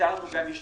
היתה לנו ישיבה